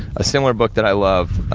a similar book that i love,